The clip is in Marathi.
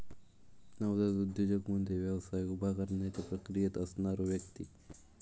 नवजात उद्योजक म्हणजे व्यवसाय उभारण्याच्या प्रक्रियेत असणारो व्यक्ती